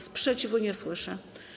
Sprzeciwu nie słyszę.